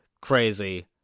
crazy